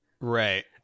Right